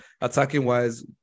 Attacking-wise